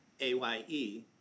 A-Y-E